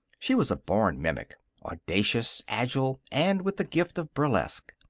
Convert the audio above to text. she was a born mimic audacious, agile, and with the gift of burlesque.